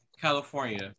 California